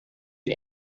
die